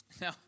Now